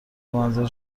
منزل